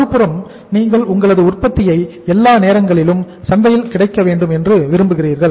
மறுபுறம் நீங்கள் உங்களது உற்பத்தியை எல்லா நேரங்களிலும் சந்தையில் கிடைக்க வேண்டும் என்று விரும்புகிறீர்கள்